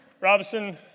Robinson